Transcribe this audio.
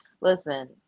listen